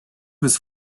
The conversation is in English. his